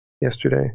yesterday